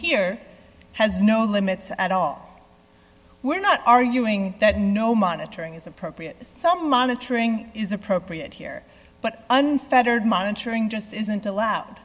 here has no limits at all we're not arguing that no monitoring is appropriate some monitoring is appropriate here but unfettered monitoring just isn't allowed